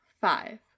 five